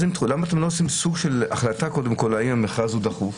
למה אתם לא מחליטים קודם כל אם המכרז הוא דחוף?